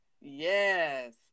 Yes